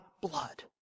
blood